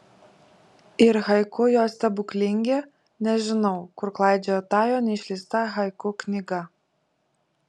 ir haiku jo stebuklingi nežinau kur klaidžioja ta jo neišleista haiku knyga